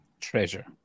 treasure